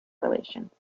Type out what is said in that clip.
relations